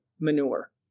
manure